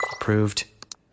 Approved